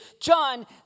John